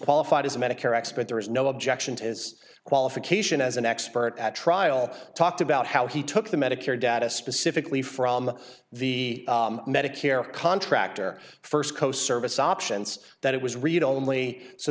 qualified as a medicare expert there is no objection to his qualification as an expert at trial talked about how he took the medicare data specifically from the medicare contractor first coast service options that it was read only so